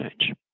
change